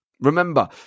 Remember